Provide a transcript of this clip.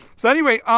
so anyway, um